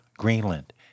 Greenland